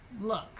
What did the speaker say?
look